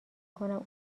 کنم